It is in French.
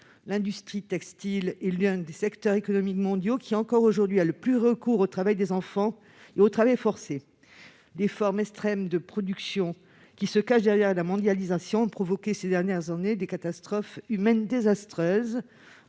L'industrie textile est l'un des secteurs économiques mondiaux qui, encore aujourd'hui, ont le plus recours au travail des enfants et au travail forcé. Les formes extrêmes de production qui se cachent derrière la mondialisation ont provoqué, au cours des dernières années, des catastrophes humaines désastreuses.